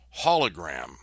hologram